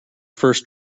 first